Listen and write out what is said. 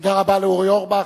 תודה רבה לאורי אורבך.